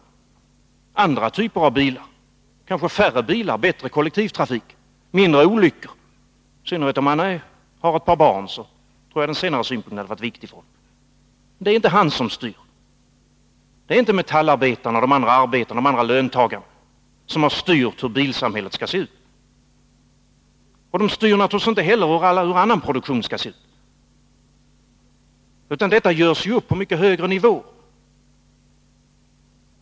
Han skulle kanske vilja ha andra typer av bilar, eller färre bilar och bättre kollektivtrafik med mindre olyckor. I synnerhet om han har ett par barn tror jag att den senare synpunkten är viktig för honom. Det är inte han som styr. Det är inte metallarbetaren och de andra arbetarna och löntagarna som har bestämt hur bilsamhället skall se ut. Och de styr naturligtvis inte heller annan produktion. Detta görs upp på mycket högre nivå.